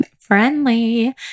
friendly